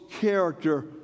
character